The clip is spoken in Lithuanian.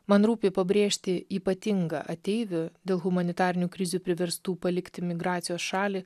man rūpi pabrėžti ypatingą ateivių dėl humanitarinių krizių priverstų palikti migracijos šalį